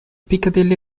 piccadilly